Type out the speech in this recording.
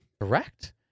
Correct